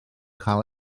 cael